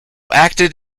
acted